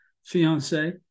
fiance